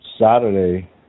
Saturday